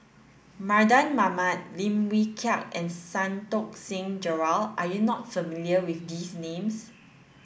Mardan Mamat Lim Wee Kiak and Santokh Singh Grewal are you not familiar with these names